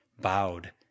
bowed